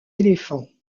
éléphants